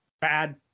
bad